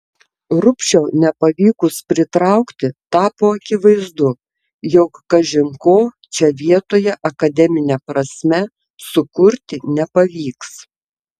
rubšio nepavykus pritraukti tapo akivaizdu jog kažin ko čia vietoje akademine prasme sukurti nepavyks